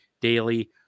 daily